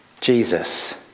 Jesus